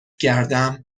گردم